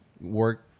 work